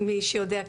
מי שיודע,